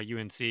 UNC